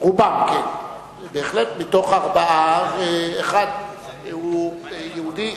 רובם, כן, בהחלט, מתוך ארבעה אחד הוא יהודי.